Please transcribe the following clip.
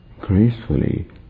gracefully